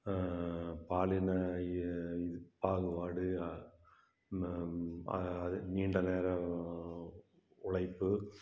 பாலின இ இது பாகுபாடு ஆ ம அதாவது நீண்ட நேரம் உழைப்பு